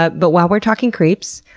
ah but, while we're talking creeps,